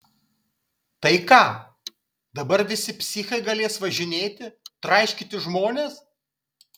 tai ką dabar visi psichai galės važinėti traiškyti žmones